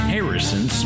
Harrison